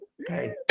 Okay